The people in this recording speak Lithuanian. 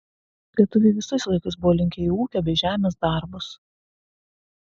lietuviai visais laikais buvo linkę į ūkio bei žemės darbus